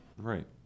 Right